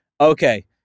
okay